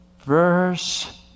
Verse